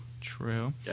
True